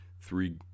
three